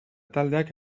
taldeak